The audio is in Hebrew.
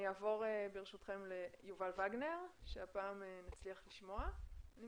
אני עוברת ליובל וגנר ומקווה שהפעם נצליח לשמוע אותו.